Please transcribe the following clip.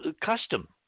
Custom